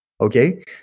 Okay